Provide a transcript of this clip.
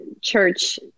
church